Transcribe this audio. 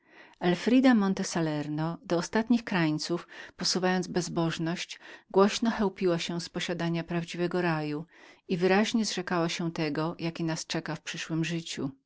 elfrida monte salerno do ostatnich krańców posuwając bezbożność głośno chełpiła się z posiadania prawdziwego raju i wyraźnie zrzekała się tego jaki nas czeka w przyszłem życiu